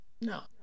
No